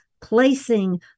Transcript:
placing